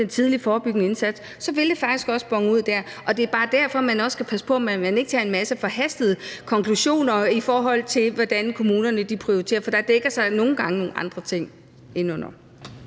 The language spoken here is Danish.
den tidlige forebyggende indsats, vil det faktisk også bone ud der. Det er bare derfor, man også skal passe på med at drage en masse forhastede konklusioner, i forhold til hvordan kommunerne prioriterer, for der dækker sig nogle gange andre ting under